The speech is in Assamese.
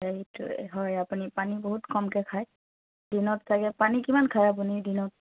সেইটোয়েই হয় আপুনি পানী বহুত কমকৈ খায় দিনত চাগে পানী কিমান খায় আপুনি দিনত